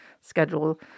schedule